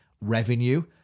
revenue